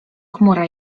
chmura